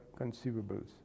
conceivables